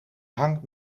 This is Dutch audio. hang